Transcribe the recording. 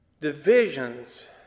Divisions